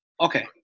okay